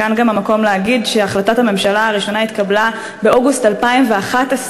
כאן גם המקום להגיד שהחלטת הממשלה הראשונה התקבלה באוגוסט 2011,